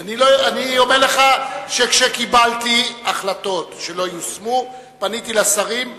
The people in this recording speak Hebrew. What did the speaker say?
אני אומר לך שכשקיבלתי החלטות שלא יושמו פניתי לשרים,